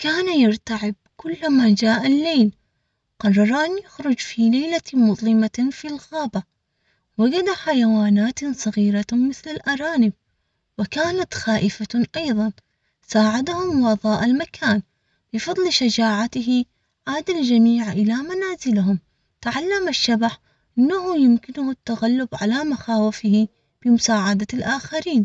كان يرتعب كل ما جاء الليل، قرر أن يخرج في ليلةٍ مظلمةٍ في الغابة، وجد حيواناتٌ صغيرةٌ مثل الأرانب، وكانت خائفةٌ أيظًا ساعدهم وآظاء المكان بفضل شجاعته. عاد الجميع إلى منازلهم تعلم.